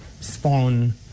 spawn